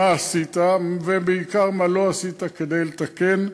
מה עשית, ובעיקר מה לא עשית, כדי לתקן.